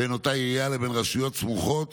בין אותה עירייה לבין רשויות סמוכות